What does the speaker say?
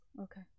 Okay